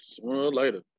Later